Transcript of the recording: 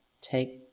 take